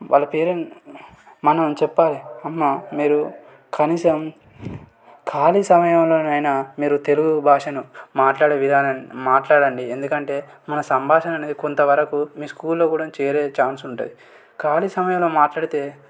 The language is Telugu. వాళ్ళ పేరెంట్ మనం చెప్పాలి అమ్మ మీరు కనీసం ఖాళీ సమయంలోనైనా మీరు తెలుగు భాషను మాట్లాడే విధానాన్ని మాట్లాడండి ఎందుకంటే మన సంభాషణ కొంతవరకు మీ స్కూల్లో కూడా చేరే ఛాన్స్ ఉంటుంది ఖాళీ సమయంలో మాట్లాడితే